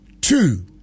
two